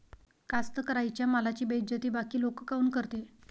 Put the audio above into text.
कास्तकाराइच्या मालाची बेइज्जती बाकी लोक काऊन करते?